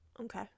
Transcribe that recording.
Okay